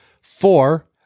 four